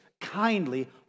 kindly